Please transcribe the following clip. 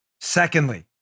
Secondly